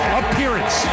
appearance